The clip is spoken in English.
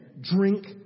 drink